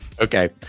Okay